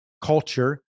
culture